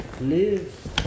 live